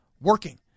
working